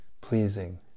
Pleasing